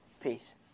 Peace